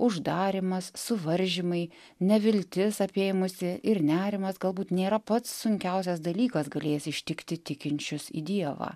uždarymas suvaržymai neviltis apėmusi ir nerimas galbūt nėra pats sunkiausias dalykas galėjęs ištikti tikinčius į dievą